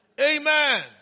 Amen